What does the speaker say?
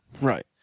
Right